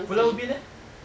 pulau ubin eh